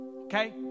Okay